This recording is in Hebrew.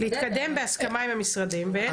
להתקדם בהסכמה עם המשרדים ואין הסכמה.